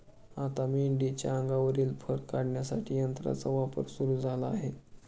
आता मेंढीच्या अंगावरील फर काढण्यासाठी यंत्राचा वापर सुरू झाला आहे